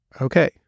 okay